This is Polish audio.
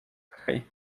hej